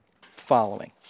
following